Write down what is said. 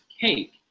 cake